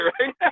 right